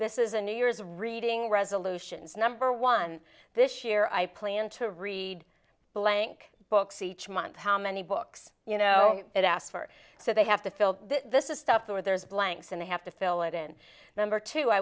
this is a new year's reading resolutions number one this year i plan to read blank books each month how many books you know it asks for so they have to fill this is stuff that there's blanks and they have to fill it in number two i